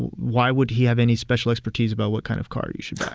why would he have any special expertise about what kind of car you should buy?